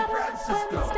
Francisco